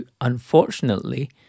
unfortunately